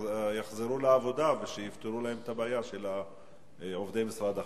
שיחזרו לעבודה ושיפתרו את הבעיה של עובדי משרד החוץ.